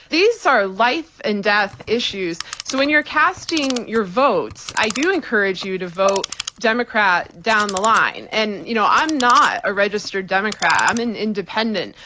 these are life and death issues. so when you're casting your votes, i do encourage you to vote democrat down the line. and, you know, i'm not a registered democrat. i'm an independent.